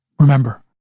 Remember